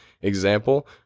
example